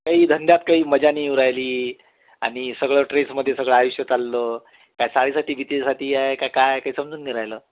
काही धंद्यात काही मजा नाही येऊ राहिली आणि सगळं ट्रेसमध्ये सगळं आयुष्य चाललं काय साडेसाती बिडीसाती आहे काय का काय आहे काही समजून नाही राहिलं